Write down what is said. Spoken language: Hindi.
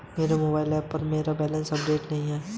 मेरे मोबाइल ऐप पर मेरा बैलेंस अपडेट नहीं है